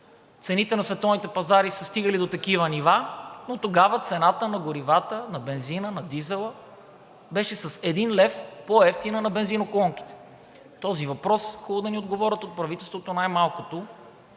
Цените на световните пазари са стигали до такива нива, но тогава цената на горивата – на бензина, на дизела, беше с един лев по-евтина на бензиноколонките. На този въпрос е хубаво да ни отговорят от правителството. Най-малкото